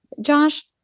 josh